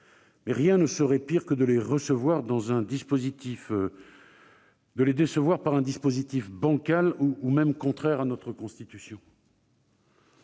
Rien ne serait pire que de les décevoir en adoptant un dispositif bancal ou même contraire à notre Constitution.